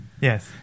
Yes